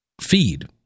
feed